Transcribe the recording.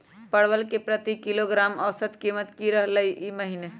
परवल के प्रति किलोग्राम औसत कीमत की रहलई र ई महीने?